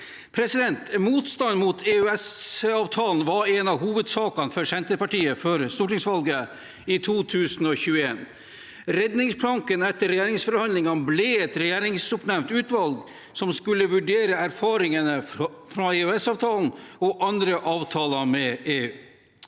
rapport. Motstand mot EØS-avtalen var en av hovedsakene for Senterpartiet før stortingsvalget i 2021. Redningsplanken etter regjeringsforhandlingene ble et regjeringsoppnevnt utvalg som skulle vurdere erfaringene fra EØS-avtalen og andre avtaler med EU.